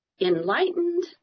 enlightened